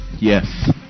yes